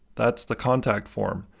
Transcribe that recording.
that's the contact form,